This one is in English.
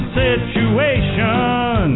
situation